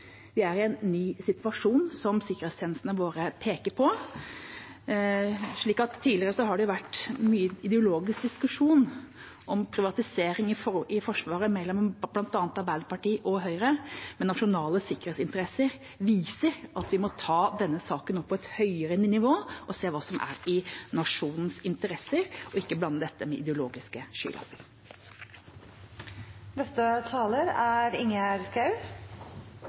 Vi er i en ny situasjon, som sikkerhetstjenestene våre peker på. Tidligere har det vært mye ideologisk diskusjon om privatisering i Forsvaret mellom bl.a. Arbeiderpartiet og Høyre. Nasjonale sikkerhetsinteresser viser at vi må ta denne saken opp på et høyere nivå, se hva som er i nasjonens interesse, og ikke blande dette med ideologiske skylapper. Mye er